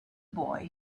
boy